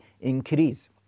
Increase